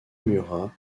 murat